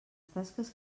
tasques